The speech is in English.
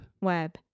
Web